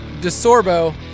DeSorbo